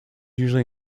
usually